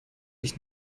ich